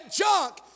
junk